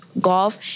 golf